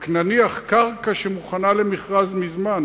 אבל קרקע שמוכנה למכרז מזמן,